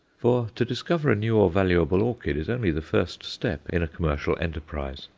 for to discover a new or valuable orchid is only the first step in a commercial enterprise.